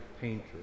painter